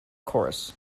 chorus